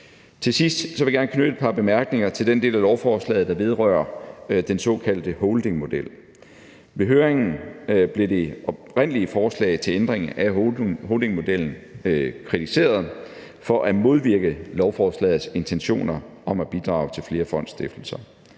Til sidst vil jeg gerne knytte et par bemærkninger til den del af lovforslaget, der vedrører den såkaldte holdingmodel. Ved høringen blev det oprindelige forslag til ændring af holdingmodellen kritiseret for at modvirke lovforslagets intentioner om at bidrage til flere fondsstiftelser.